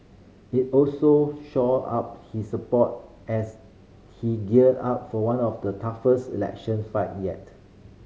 it also shore up he support as he gear up for one of his toughest election fight yet